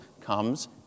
comes